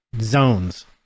zones